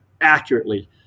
accurately